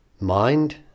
Mind